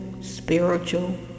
spiritual